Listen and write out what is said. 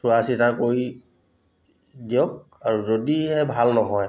চোৱা চিতা কৰি দিয়ক আৰু যদিহে ভাল নহয়